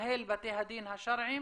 מנהל בתי הדין השרעיים.